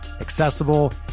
accessible